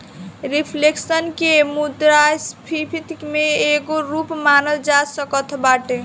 reflection के मुद्रास्फीति के एगो रूप मानल जा सकत बाटे